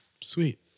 Sweet